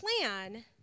plan